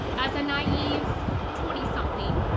as a naive twenty something,